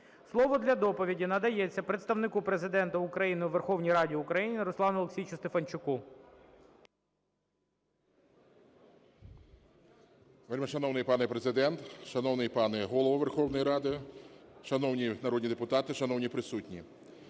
Слово для доповіді надається Представнику Президента України у Верховній Раді України Руслану Олексійовичу Стефанчуку. 19:47:22 СТЕФАНЧУК Р.О. Вельмишановний пане Президента, шановний пане Голово Верховної Ради, шановні народні депутати, шановні присутні!